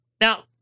Now